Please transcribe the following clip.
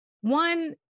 one